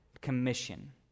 commission